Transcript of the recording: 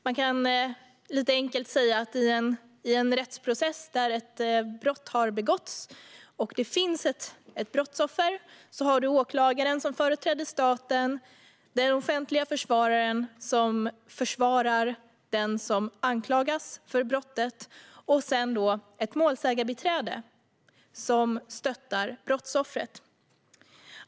Man kan lite enkelt säga att i en rättsprocess efter att ett brott har begåtts och det finns ett brottsoffer har du åklagaren som företräder staten, den offentliga försvararen som försvarar den som anklagas för brottet och sedan ett målsägandebiträde som stöttar brottsoffret.